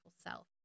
self